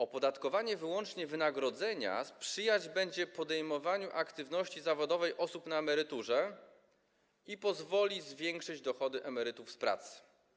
Opodatkowanie wyłącznie wynagrodzenia będzie sprzyjać podejmowaniu aktywności zawodowej przez osoby na emeryturze i pozwoli zwiększyć dochody emerytów z pracy.